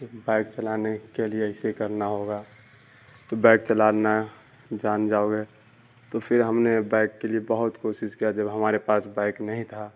bike چلانے کے لیے ایسے ہی کرنا ہوگا تو بائک چلانا جان جاؤ گے تو پھر ہم نے بائک کے لیے بہت کوشش کیا جب ہمارے پاس بائک نہیں تھا